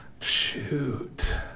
Shoot